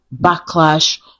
backlash